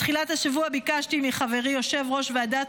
בתחילת השבוע ביקשתי מחברי יושב-ראש ועדת